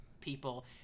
people